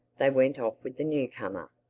they went off with the newcomer.